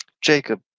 Jacob